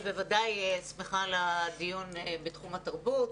אני בוודאי שמחה על הדיון בתחום התרבות,